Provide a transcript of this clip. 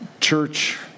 Church